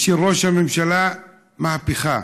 ושל ראש הממשלה: מהפכה.